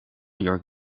your